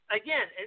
again